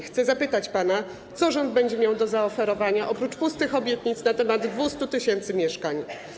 Chcę zapytać pana: Co rząd będzie miał do zaoferowania oprócz pustych obietnic w kwestii 200 tys. mieszkań?